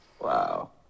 Wow